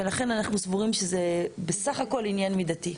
ולכן אנחנו סבורים שזה בסך הכול עניין מידתי.